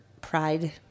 pride